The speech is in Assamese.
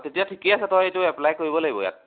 তেতিয়া ঠিকেই আছে তই এইটো এপ্লাই কৰিব লাগিব ইয়াত